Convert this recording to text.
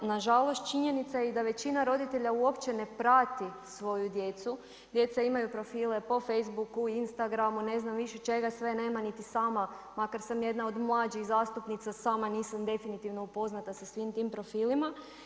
Na žalost činjenica je da većina roditelja uopće ne prati svoju djecu, djeca imaju profile po facebuhu, instagramu, ne znam čega sve nema niti sama makar sam jedna od mlađih zastupnica, sama nisam definitivno upoznata sa svim tim profilima.